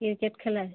cricket খেলায়